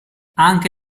anche